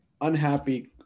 unhappy